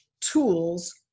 tools